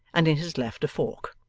and in his left a fork.